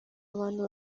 abantu